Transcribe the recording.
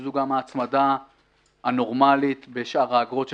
שזו גם ההצמדה הנורמלית בשאר האגרות של